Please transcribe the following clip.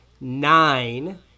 nine